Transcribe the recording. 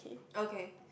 okay